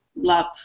love